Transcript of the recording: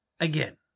Again